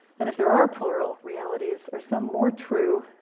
and if there are plural realities, are some more true,